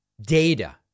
Data